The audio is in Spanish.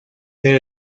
pero